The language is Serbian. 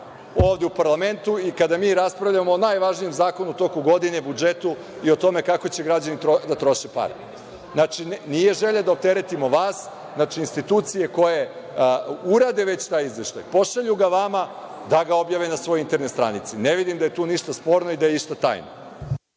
ovde u parlamentu i kada mi raspravljamo o najvažnijem zakonu u toku godine, o budžetu i o tome kako će građani da troše pare? Znači, nije želja da opteretimo vas, znači institucije koje urade već taj izveštaj, pošalju ga vama, da ga objave na svojoj internet stranici. Ne vidim da je tu išta sporno, da je tu išta tajno.